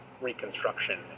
Reconstruction